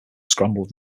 scrambled